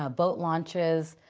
ah boat launches.